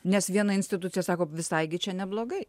nes viena institucija sako visai gi čia neblogai